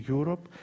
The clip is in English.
Europe